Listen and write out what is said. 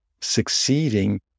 Succeeding